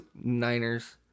Niners